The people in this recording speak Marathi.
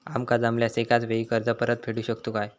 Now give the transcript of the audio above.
आमका जमल्यास एकाच वेळी कर्ज परत फेडू शकतू काय?